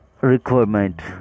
requirement